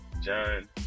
John